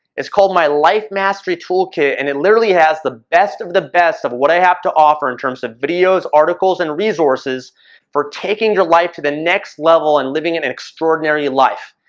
it's called my life mastery toolkit and it literally has the best of the best of what i have to offer in terms of videos, articles and resources for taking your life to the next level and living an extraordinary life.